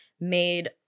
made